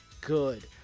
good